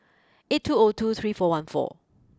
eight two O two three four one four